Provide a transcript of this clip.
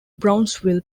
brownsville